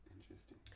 Interesting